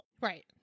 Right